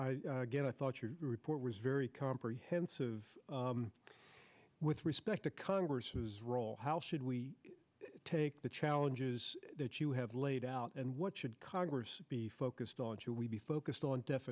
i thought your report was very comprehensive with respect to congress whose role how should we take the challenges that you have laid out and what should congress be focused on should we be focused on de